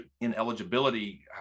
ineligibility